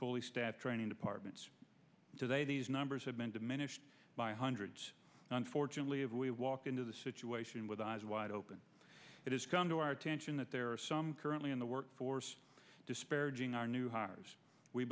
fully staffed training departments today these numbers have been diminished by hundreds unfortunately if we walk into the situation with eyes wide open it is come to our attention that there are some currently in the workforce disparaging our new hires we